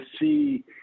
see